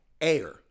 air